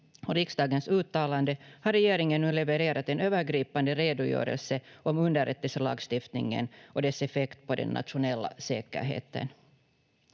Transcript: riksdagens uttalande har regeringen nu levererat en övergripande redogörelse om underrättelselagstiftningen och dess effekt på den nationella säkerheten.